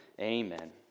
Amen